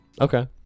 Okay